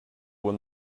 when